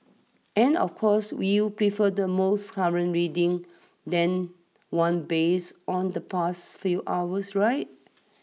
and of course when you'd prefer the most current reading than one based on the past few hours right